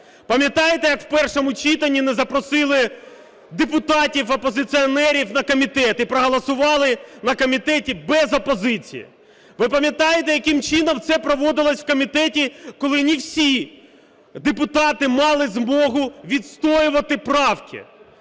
Пам'ятаєте, як в першому читанні не запросили депутатів опозиціонерів на комітет і проголосували на комітеті без опозиції? Ви пам'ятаєте, яким чином це проводилось в комітеті, коли не всі депутати мали змогу відстоювати правки?